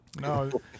No